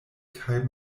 kaj